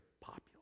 popular